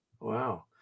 Wow